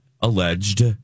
alleged